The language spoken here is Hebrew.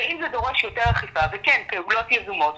ואם זה דורש יותר אכיפה וכן פעולות יזומות,